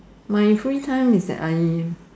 my free time is that I